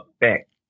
effect